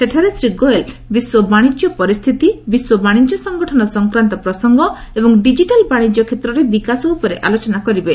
ସେଠାରେ ଶ୍ରୀ ଗୋୟଲ୍ ବିଶ୍ୱ ବାଣିଜ୍ୟ ପରିସ୍ଥିତି ବିଶ୍ୱ ବାଣିଜ୍ୟ ସଙ୍ଗଠନ ସଂକ୍ରାନ୍ତ ପ୍ରସଙ୍ଗ ଏବଂ ଡିଜିଟାଲ୍ ବାଣିଜ୍ୟ କ୍ଷେତ୍ରରେ ବିକାଶ ଉପରେ ଆଲୋଚନା କରିବେ